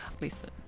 listen